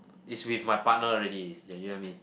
is with my partner already ya you know what I mean